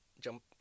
Jump